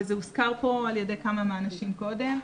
וזה הוזכר פה על ידי כמה מהאנשים קודם,